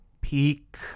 peak